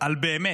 על באמת.